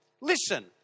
Listen